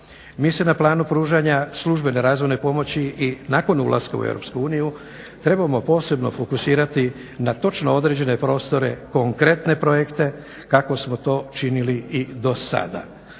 Mi se na planu pružanja službene razvojne pomoći i nakon ulaska u EU trebamo posebno fokusirati na točno određene prostore konkretne projekte kako smo to činili i do sada.